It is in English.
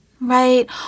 right